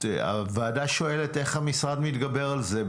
הוועדה שואלת איך המשרד מתגבר על זה,